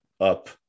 up